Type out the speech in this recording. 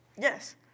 Yes